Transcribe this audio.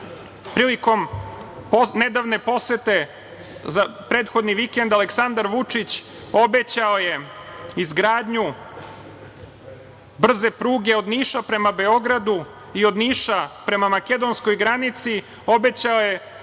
prilikom nedavne posete, prethodni vikend, Aleksandar Vučić obećao je izgradnju brze pruge od Niša prema Beogradu i od Niša prema makedonskoj granici. Obećao je